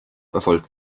erfolgt